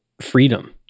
freedom